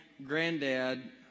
Granddad